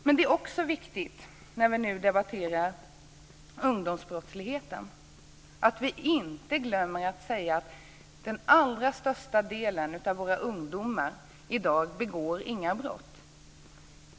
Det är också viktigt att vi, när vi nu debatterar ungdomsbrottsligheten, inte glömmer att säga att den allra största andelen av våra ungdomar i dag inte begår några brott.